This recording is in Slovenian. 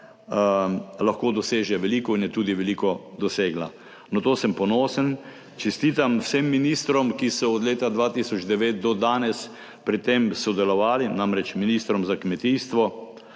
lahko doseže veliko in je tudi veliko dosegla. Na to sem ponosen, čestitam vsem ministrom, ki so od leta 2009 do danes pri tem sodelovali, namreč ministrom za kmetijstvo,